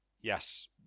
Yes